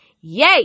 Yay